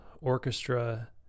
orchestra